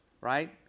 right